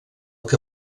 que